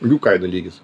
jų kainų lygis